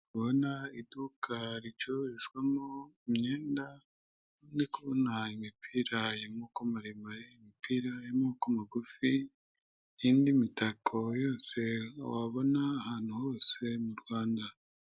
Ndabona iduka ricururizwamo imyenda, ndi kubona imipira y'amaboko maremare, imipira y'amaboko magufi nindi mitako yose wabona ahantu hose mu Rwanda.